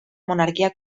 monarquia